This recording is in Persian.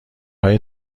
های